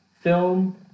film